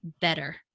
better